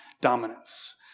dominance